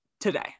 today